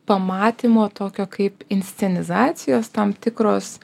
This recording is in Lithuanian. pamatymo tokio kaip inscenizacijos tam tikros